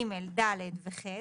(ג), (ד) ו-(ח),